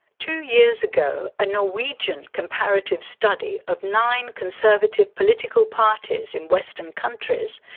two years ago a norwegian comparative study of nine conservative political parties in western countries,